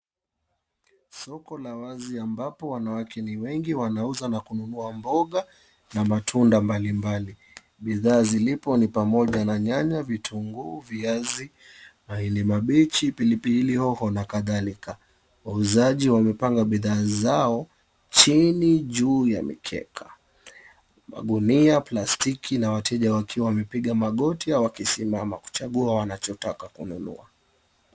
Soko la wazi ambapo wanawake ni wengi wanauza na kununua mboga na matunda mbalimbali, bidhaa zilipo ni pamoja na nyanya, vitunguu, viazi, mahindi mabichi, pilipili hoho na kadhalika. Wauzaji wamepanga bidhaa zao chini juu ya mikeka. Magunia, plastiki na wateja wakiwa wamepiga magoti au wakisimama kuchagua wanachotaka kununua.